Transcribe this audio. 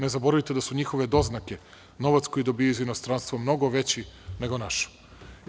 Ne zaboravite da su njihove doznake, novac koji dobijaju iz inostranstva, mnogo veći nego kod nas.